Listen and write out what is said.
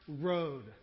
road